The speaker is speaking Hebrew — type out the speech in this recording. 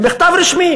במכתב רשמי